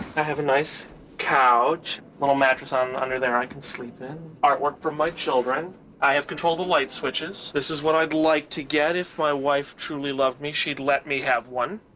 i have a nice couch little mattress um under there i can sleep in artwork from my children i have control the light switches. this is what i'd like to get if my wife truly love me she'd let me have one.